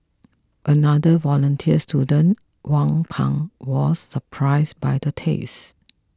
another volunteer student Wang Pan was surprised by the taste